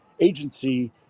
agency